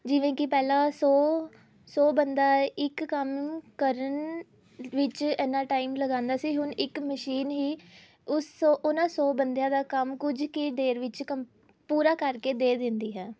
ਜਿਵੇਂ ਕਿ ਪਹਿਲਾਂ ਸੌ ਸੌ ਬੰਦਾ ਇੱਕ ਕੰਮ ਨੂੰ ਕਰਨ ਵਿੱਚ ਐਨਾ ਟਾਈਮ ਲਗਾਉਂਦਾ ਸੀ ਹੁਣ ਇੱਕ ਮਸ਼ੀਨ ਹੀ ਉਸ ਸੌ ਉਹਨਾਂ ਸੌ ਬੰਦਿਆਂ ਦਾ ਕੰਮ ਕੁਝ ਕੁ ਦੇਰ ਵਿੱਚ ਕੰਮ ਪੂਰਾ ਕਰਕੇ ਦੇ ਦਿੰਦੀ ਹੈ